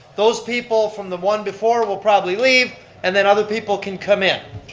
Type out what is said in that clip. those people from the one before will probably leave and then other people can come in.